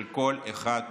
של כל אחד ואחד,